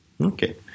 Okay